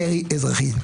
מרי אזרחי.